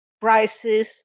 prices